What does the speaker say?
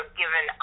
given